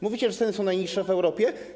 Mówicie, że ceny są najniższe w Europie?